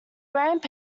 ramp